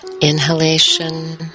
inhalation